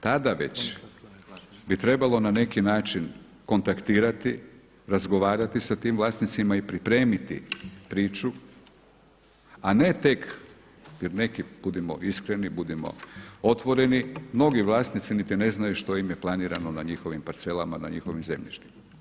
Tada već bi trebalo na neki način kontaktirati, razgovarati sa tim vlasnicima i pripremiti priču a ne tek, jer neki, budimo iskreni, budimo otvoreni, mnogi vlasnici niti ne znaju što im je planirano na njihovim parcelama, na njihovim zemljištima.